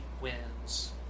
wins